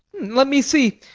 let me see.